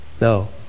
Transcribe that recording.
No